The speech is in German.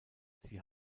sie